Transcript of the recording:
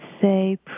say